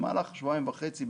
במהלך שבועיים וחצי,